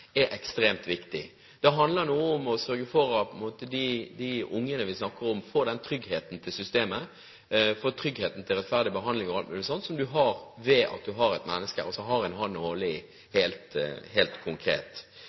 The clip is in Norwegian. er ekstremt viktig. Det handler om å sørge for at de barna vi snakker om, får trygghet til systemet – får trygghet for rettferdig behandling og alt mulig sånn som man får ved at man helt konkret har